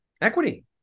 equity